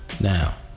Now